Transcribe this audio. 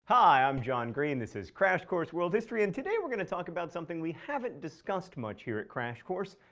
hi, i'm john green, this is crash course world history and today we are going to talk about something we haven't discussed much here at crash course.